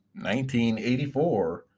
1984